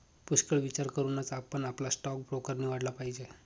पुष्कळ विचार करूनच आपण आपला स्टॉक ब्रोकर निवडला पाहिजे